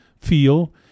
feel